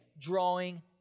drawing